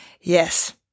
Yes